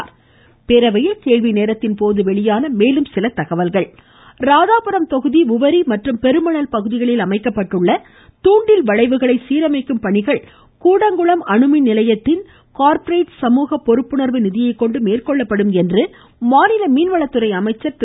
ம் ம் ம் ம் ம் ம சட்டப்பேரவையில் கேள்வி நேரத்தின் போது வெளியான மேலும் சில தகவல்கள் ராதாபுரம் தொகுதி உவரி மற்றும் பெருமணல் பகுதிகளில் அமைக்கப்பட்ட தூண்டில் வளைவுகளை சீரமைக்கும் பணிகள் கூடங்குளம் அணுமின் நிலையத்தின் கார்பரேட் சமூக பொறுப்புணர்வு நிதியை கொண்டு மேற்கொள்ளப்படும் என்று மாநில மீன்வளத்துறை அமைச்சர் திரு